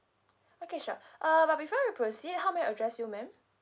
okay sure uh but before we proceed how may I address you ma'am